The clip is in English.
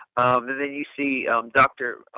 then you see dr.